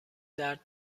درد